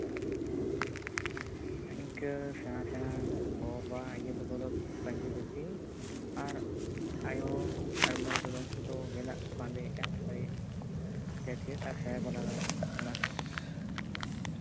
ᱦᱮᱸ ᱤᱱᱠᱟᱹ ᱥᱮᱲᱟ ᱥᱮᱲᱟ ᱜᱚ ᱵᱟᱵᱟ ᱤᱭᱟᱹ ᱛᱟᱠᱚ ᱫᱚ ᱯᱟᱹᱧᱪᱤ ᱫᱷᱩᱛᱤ ᱟᱨ ᱟᱭᱚ ᱠᱚᱫᱚ ᱩᱱᱠᱩ ᱫᱚ ᱜᱮᱸᱫᱟᱜ ᱠᱚ ᱵᱟᱸᱫᱮᱭᱮᱫᱟ ᱡᱮᱠᱮᱴ ᱟᱨ ᱥᱟᱭᱟ ᱠᱚ ᱞᱟᱜᱟᱣ ᱮᱫᱟ